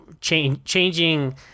changing